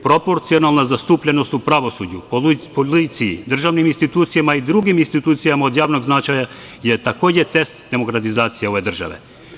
Proporcionalna zastupljenost u pravosuđu, policiji, državnim institucijama i drugim institucijama od javnog značaja je takođe test demokratizacije ove države.